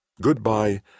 Goodbye